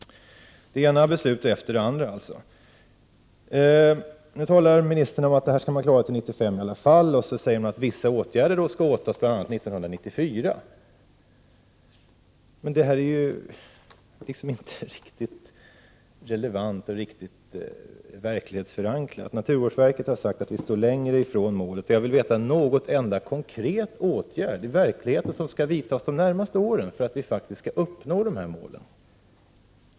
Det ena beslutet efter det andra har således fattats. Ministern talar här om att man i alla fall skall klara att uppfylla målet till 1995. Hon säger vidare att vissa åtgärder bl.a. skall vidtas är 1994. Det är dock inte riktigt relevant eller verklighetsförankrat. Naturvårdsverket har sagt att vi nu står längre ifrån målet. Jag vill veta om det är någon enda konkret åtgärd som i verkligheten skall vidtas under de närmaste åren för att vi faktiskt skall uppnå målen.